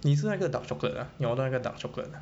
你吃那个 dark chocolate ah 你 order 那个 dark chocolate ah